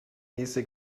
easy